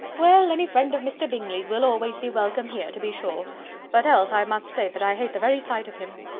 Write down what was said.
well, any friend of mr. bingley's will always be welcome here, to be sure but else i must say that i hate the very sight of him.